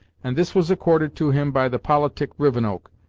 and this was accorded to him by the politic rivenoak,